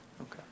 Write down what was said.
Okay